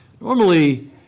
normally